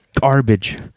Garbage